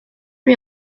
lui